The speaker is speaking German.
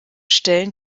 stellen